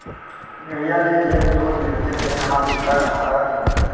भेड़िया ले जेन दूद मिलथे तेन ह बिकट फायदा के होथे